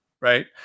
right